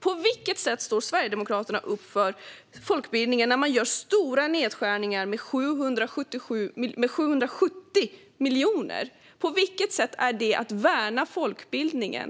På vilket sätt står Sverigedemokraterna upp för folkbildningen när ni gör stora nedskärningar, med 770 miljoner? På vilket sätt är det att värna folkbildningen?